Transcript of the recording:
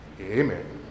Amen